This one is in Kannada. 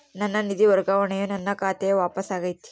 ನನ್ನ ನಿಧಿ ವರ್ಗಾವಣೆಯು ನನ್ನ ಖಾತೆಗೆ ವಾಪಸ್ ಆಗೈತಿ